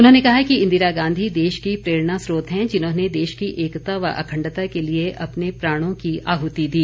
उन्होंने कहा कि इंदिरा गांधी देश की प्रेरणा स्रोत हैं जिन्होंने देश की एकता व अखंडता के लिए अपने प्राणों की आहुति दी